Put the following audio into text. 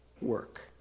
work